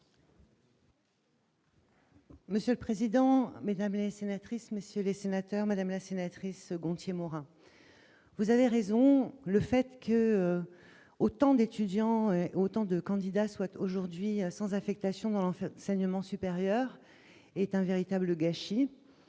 Monsieur le président, Mesdames les sénatrices, messieurs les sénateurs, Madame la sénatrice Gonthier-Maurin, vous avez raison, le fait qu'autant d'étudiants autant de candidats souhaitent aujourd'hui sans affectation l'enfer saignement supérieur est un véritable gâchis,